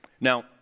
Now